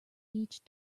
each